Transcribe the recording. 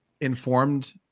informed